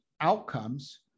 outcomes